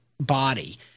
Body